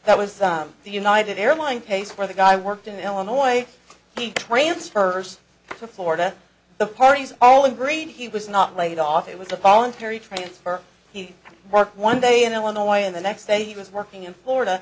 that was the united airlines case where the guy worked in illinois he transferred to florida the parties all agreed he was not laid off it was a voluntary transfer he worked one day in illinois and the next day he was working in florida